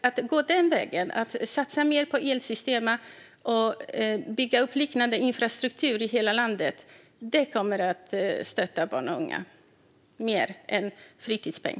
Att gå den vägen, att satsa mer på El Sistema och bygga upp liknande infrastruktur i hela landet, tror jag kommer att stötta barn och unga mer än fritidspeng.